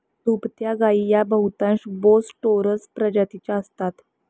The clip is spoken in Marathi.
दुभत्या गायी या बहुधा बोस टोरस प्रजातीच्या असतात